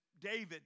David